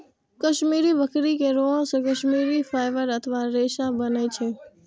कश्मीरी बकरी के रोआं से कश्मीरी फाइबर अथवा रेशा बनै छै